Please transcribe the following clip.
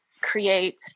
create